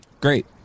Great